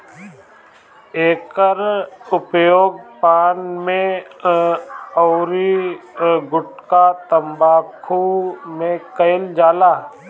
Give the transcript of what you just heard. एकर उपयोग पान में अउरी गुठका तम्बाकू में कईल जाला